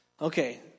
Okay